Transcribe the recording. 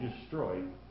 destroyed